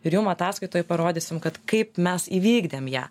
ir jum ataskaitoj parodysim kad kaip mes įvykdėm ją